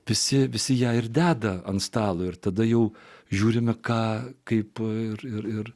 visi visi ją ir deda ant stalo ir tada jau žiūrime ką kaip ir ir